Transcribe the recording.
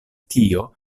tio